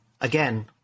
Again